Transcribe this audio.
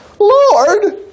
Lord